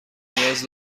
نیاز